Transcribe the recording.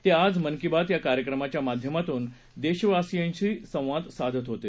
ते आज मन की बात या कार्यक्रमाच्या माध्यमातून देशवाशीयांशी संवाद साधत होते